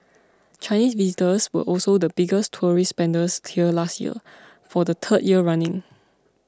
Chinese visitors were also the biggest tourist spenders here last year for the third year running